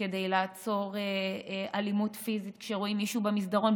כדי לעצור אלימות פיזית כשרואים מישהו במסדרון.